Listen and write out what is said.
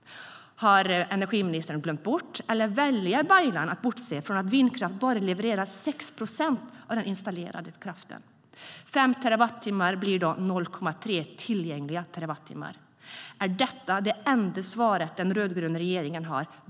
Har energiministern glömt bort, eller väljer han att bortse från att vindkraft bara levererar 6 procent av den installerade kraften? 5 terawattimmar blir då 0,3 tillgängliga terawattimmar. Är detta det enda svaret den rödgröna regeringen har?